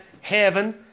heaven